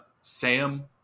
Sam